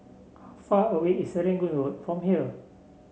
far away is Serangoon Road from here